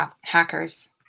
hackers